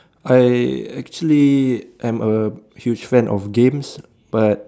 I actually am a huge fan of games but